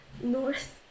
North